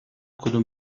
کدام